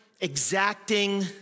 exacting